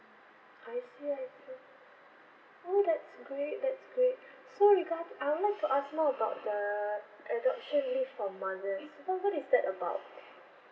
I see I see oh that's great that's great so regard I would like to ask more about the adoption leave for mothers what what is that about